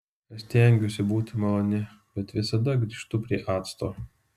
aš stengiuosi būti maloni bet visada grįžtu prie acto